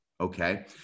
Okay